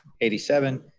eighty seven,